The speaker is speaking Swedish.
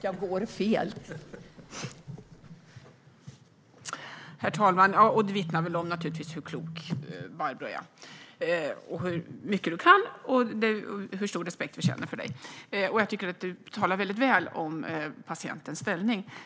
Herr talman! Barbro Westerholm är väldigt klok och kan mycket, och vi känner stor respekt för henne. Jag tycker att Barbro Westerholm talar väl om patientens ställning.